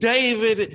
David